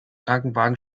krankenwagen